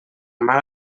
mal